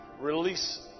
release